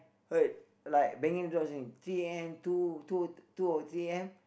heard like banging the doors in three A_M two two two or three A_M